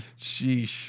sheesh